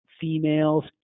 females